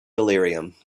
delirium